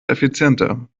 effizienter